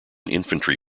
infantry